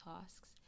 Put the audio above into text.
tasks